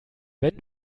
wenn